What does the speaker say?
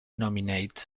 nominate